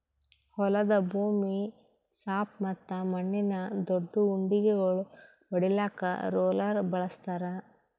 ಹೊಲದ ಭೂಮಿ ಸಾಪ್ ಮತ್ತ ಮಣ್ಣಿನ ದೊಡ್ಡು ಉಂಡಿಗೋಳು ಒಡಿಲಾಕ್ ರೋಲರ್ ಬಳಸ್ತಾರ್